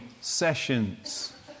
sessions